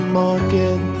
market